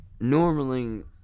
normally